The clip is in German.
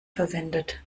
verwendet